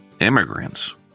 Immigrants